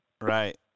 right